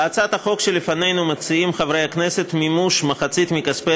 בהצעת החוק שלפנינו מציעים חברי הכנסת מימוש מחצית מכספי